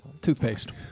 Toothpaste